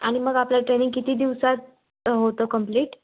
आणि मग आपलं ट्रेनिंग किती दिवसात होतं कम्प्लिट